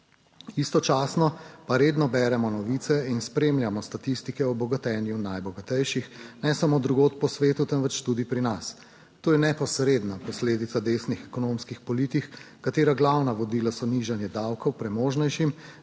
istočasno pa redno beremo novice in spremljamo statistike o bogatenju najbogatejših ne samo drugod po svetu temveč tudi pri nas. To je neposredna posledica desnih ekonomskih politik, katera glavna vodila so nižanje davkov premožnejšim,